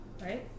Right